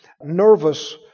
nervous